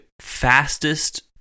fastest